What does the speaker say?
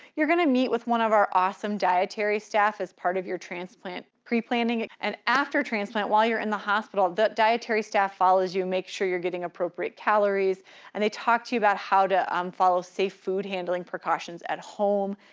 you're gonna meet with one of our awesome dietary staff as part of your transplant pre-planning and after transplant, while you're in the hospital. the dietary staff follows you, makes sure you're getting appropriate calories and they talk to you about how to um follow safe food handling precautions at home,